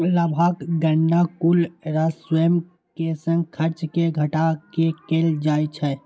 लाभक गणना कुल राजस्व मे सं खर्च कें घटा कें कैल जाइ छै